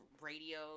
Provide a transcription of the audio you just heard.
radio